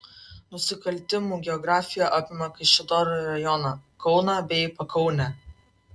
nusikaltimų geografija apima kaišiadorių rajoną kauną bei pakaunę